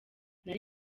nari